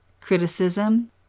Criticism